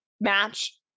match